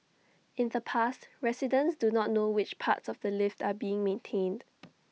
in the past residents do not know which parts of the lift are being maintained